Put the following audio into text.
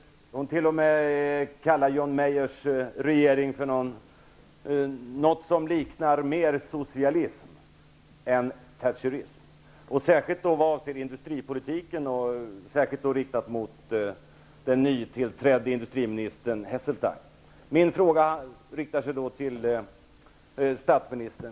Hon t.o.m. kallade John Majors regering för någonting som mer liknar socialism än thatcherism, i synnerhet i vad avser industripolitiken. Hon riktade sig särskilt mot den nytillträdde industriministern Heseltine.